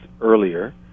earlier